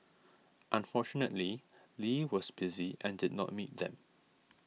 unfortunately Lee was busy and did not meet them